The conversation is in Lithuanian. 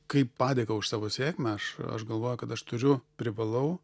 kaip padėką už savo sėkmę aš aš galvoju kad aš turiu privalau